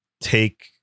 take